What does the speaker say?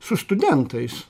su studentais